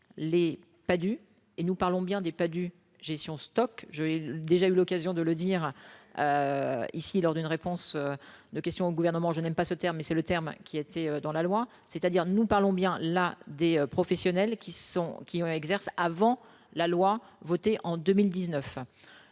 les pas du et nous parlons bien des pas du gestion stock j'ai déjà eu l'occasion de le dire, ici lors d'une réponse de questions au gouvernement, je n'aime pas ce terme, mais c'est le terme qui était dans la loi, c'est-à-dire nous parlons bien là des professionnels qui sont, qui exerce avant la loi votée en 2019